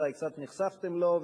אולי קצת נחשפתם לו,